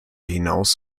hinaus